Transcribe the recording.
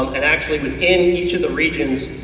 and actually, within each of the regions,